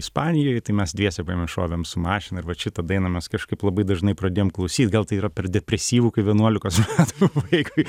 ispanijoj tai mes dviese paėmėm šovėm su mašina ir vat šitą dainą mes kažkaip labai dažnai pradėjom klausyt gal tai yra per depresyvu kaip vienuolikos metų vaikui